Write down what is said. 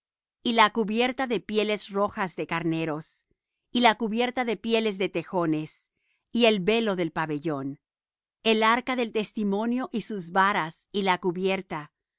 y la cubierta de pieles rojas de carneros y la cubierta de pieles de tejones y el velo del pabellón el arca del testimonio y sus varas y la cubierta